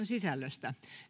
sisällöstä